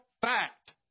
fact